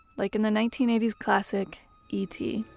like in the nineteen eighty s classic e t.